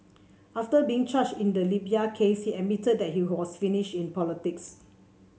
after being charged in the Libya case he admitted that he was finished in politics